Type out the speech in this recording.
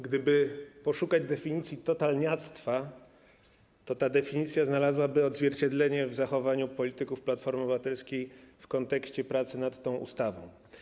Gdyby poszukać definicji totalniactwa, to ta definicja znalazłaby odzwierciedlenie w zachowaniu polityków Platformy Obywatelskiej w kontekście pracy nad tą ustawą.